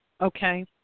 okay